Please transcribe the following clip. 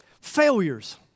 failures